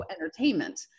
entertainment